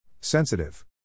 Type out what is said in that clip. Sensitive